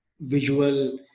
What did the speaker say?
visual